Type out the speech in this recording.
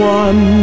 one